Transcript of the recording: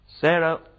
Sarah